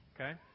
Okay